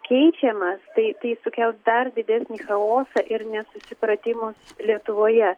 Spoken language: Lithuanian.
keičiamas tai tai sukels dar didesnį chaosą ir nesusipratimus lietuvoje